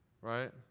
Right